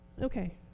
Okay